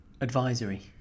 advisory